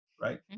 right